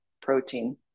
protein